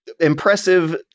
impressive